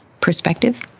perspective